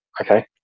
Okay